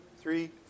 three